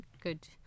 good